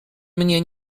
mnie